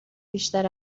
بیشتر